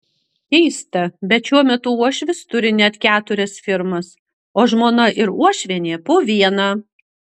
keista bet šiuo metu uošvis turi net keturias firmas o žmona ir uošvienė po vieną